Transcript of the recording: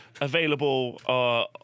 available